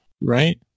right